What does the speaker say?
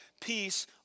peace